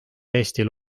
eestil